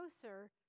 closer